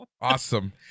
Awesome